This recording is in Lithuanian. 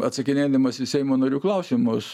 atsakinėnamas į seimo narių klausimus